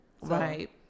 Right